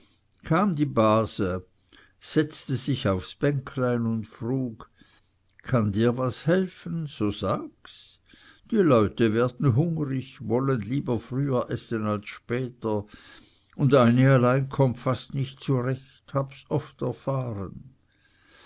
kam die base setzte sich aufs bänklein und frug kann dir was helfen so sags die leut werden hungerig wollen lieber früher essen als später und eine alleine kommt fast nicht zurecht habs oft erfahren